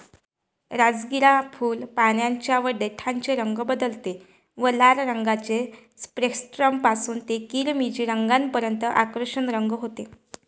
राजगिरा फुल, पानांचे व देठाचे रंग बदलते व लाल रंगाचे स्पेक्ट्रम पासून ते किरमिजी रंगापर्यंत आकर्षक रंग होते